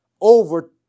over